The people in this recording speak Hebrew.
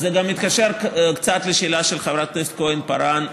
זה גם מתקשר קצת לשאלה של חברת הכנסת כהן-פארן,